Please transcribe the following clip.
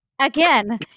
Again